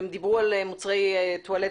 והם דיברו על מוצאי טואלטיקה.